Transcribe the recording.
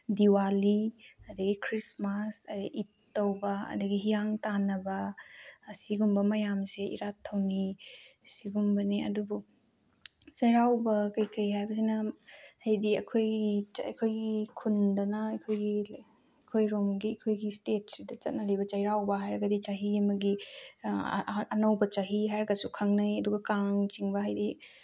ꯗꯤꯋꯥꯂꯤ ꯑꯗꯒꯤ ꯈ꯭ꯔꯤꯁꯃꯥꯁ ꯏꯠ ꯇꯧꯕ ꯑꯗꯒꯤ ꯍꯤꯌꯥꯡ ꯇꯥꯟꯅꯕ ꯑꯁꯤꯒꯨꯝꯕ ꯃꯌꯥꯝꯁꯦ ꯏꯔꯥꯠ ꯊꯧꯅꯤ ꯁꯤꯒꯨꯝꯕꯅꯤ ꯑꯗꯨꯕꯨ ꯆꯩꯔꯥꯎꯕ ꯀꯩꯀꯩ ꯍꯥꯏꯕꯁꯤꯅ ꯍꯥꯏꯗꯤ ꯑꯩꯈꯣꯏ ꯑꯩꯈꯣꯏꯒꯤ ꯈꯨꯟꯗꯅ ꯑꯩꯈꯣꯏꯒꯤ ꯑꯩꯈꯣꯏꯔꯣꯝꯒꯤ ꯑꯩꯈꯣꯏꯒꯤ ꯏꯁꯇꯦꯠꯁꯤꯗ ꯆꯠꯅꯔꯤꯕ ꯆꯩꯔꯥꯎꯕ ꯍꯥꯏꯔꯒꯗꯤ ꯆꯍꯤ ꯑꯃꯒꯤ ꯑꯅꯧꯕ ꯆꯍꯤ ꯍꯥꯏꯔꯒꯁꯨ ꯈꯪꯅꯩ ꯑꯗꯨꯒ ꯀꯥꯡ ꯆꯤꯡꯕ ꯍꯥꯏꯗꯤ